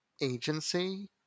agency